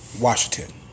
Washington